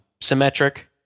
symmetric